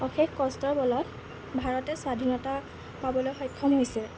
অশেষ কষ্টৰ বলত ভাৰতে স্বাধীনতা পাবলৈ সক্ষম হৈছিল